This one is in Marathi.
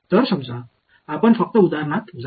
तर समजा आपण फक्त उदाहरणात जाऊ